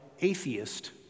atheist